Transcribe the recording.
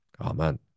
Amen